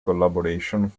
collaboration